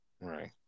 Right